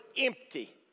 empty